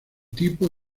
tipo